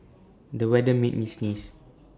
the weather made me sneeze